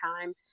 time